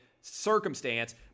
circumstance